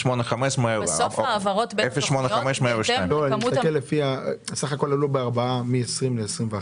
102. 08-51-02. בסך הכול עלו בארבעה מ-2020 ל-2021.